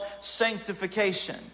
sanctification